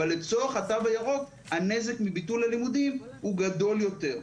אבל לצורך התו הירוק הנזק מביטול הלימודים הוא גדול יותר.